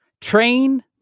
train